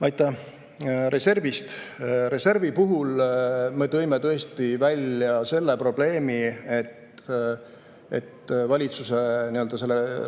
Aitäh! Reservist. Reservi puhul me tõime tõesti välja probleemi, et valitsuse